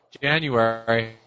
January